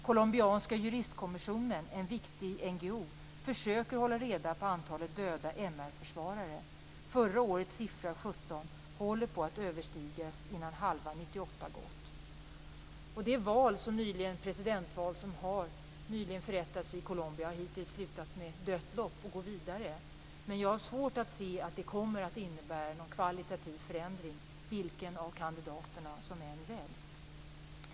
- Colombianska juristkommissionen, en viktig NGO, försöker hålla reda på antalet döda mr-försvarare. Förra årets siffra, 17, håller på att överstigas innan halva 1998 har gått." Det presidentval som nyligen förättades i Colombia har hittills slutat med dött lopp. Man går vidare. Men jag har svårt att se att det kommer att innebära någon kvalitativ förändring vilken av kandidaterna som än väljs.